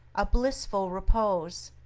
a blissful repose,